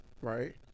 Right